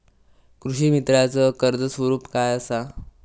कृषीमित्राच कर्ज स्वरूप काय असा?